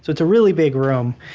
it's a really big room.